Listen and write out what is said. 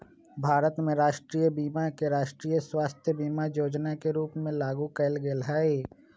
भारत में राष्ट्रीय बीमा के राष्ट्रीय स्वास्थय बीमा जोजना के रूप में लागू कयल गेल हइ